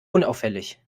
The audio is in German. unauffällig